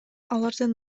алардын